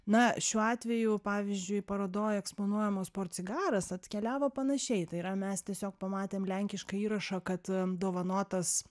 na šiuo atveju pavyzdžiui parodoj eksponuojamos portsigaras atkeliavo panašiai tai yra mes tiesiog pamatėm lenkiškai įrašą kad dovanotas